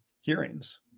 hearings